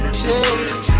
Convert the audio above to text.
shake